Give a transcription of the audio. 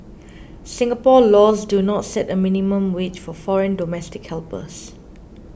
Singapore laws do not set a minimum wage for foreign domestic helpers